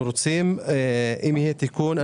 אם יהיה תיקון,